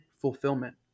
fulfillment